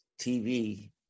TV